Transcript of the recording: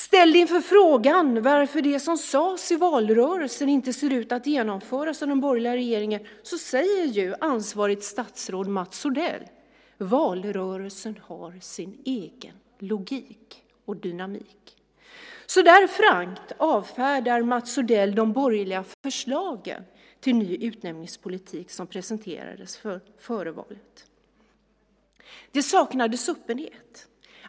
Ställd inför frågan varför det som sades i valrörelsen inte ser ut att genomföras av den borgerliga regeringen säger ansvarigt statsråd Mats Odell: Valrörelsen har sin egen logik och dynamik. Så där frankt avfärdar Mats Odell de borgerliga förslagen till ny utnämningspolitik som presenterades före valet. Det saknades öppenhet.